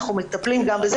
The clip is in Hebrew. אנחנו מטפלים גם בזה.